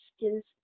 Skills